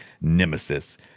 nemesis